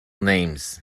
names